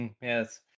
Yes